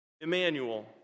Emmanuel